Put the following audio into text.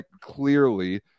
clearly